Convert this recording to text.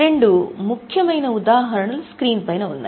రెండు ముఖ్యమైన ఉదాహరణలు స్క్రీన్ పైన ఉన్నాయి